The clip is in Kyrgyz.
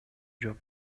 жок